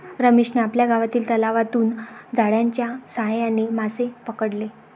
रमेशने आपल्या गावातील तलावातून जाळ्याच्या साहाय्याने मासे पकडले